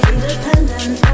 Independent